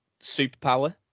superpower